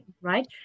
right